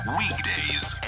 weekdays